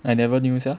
I never knew sia